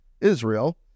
Israel